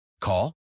Call